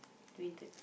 twenty third